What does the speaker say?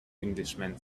englishman